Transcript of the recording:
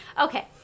Okay